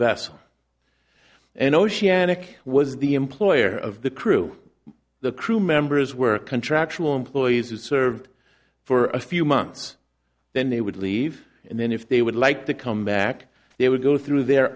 was the employer of the crew the crew members were contractual employees who served for a few months then they would leave and then if they would like to come back they would go through their